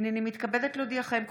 הינני מתכבדת להודיעכם,